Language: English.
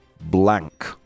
blank